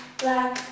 black